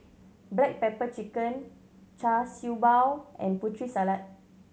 black pepper chicken Char Siew Bao and Putri Salad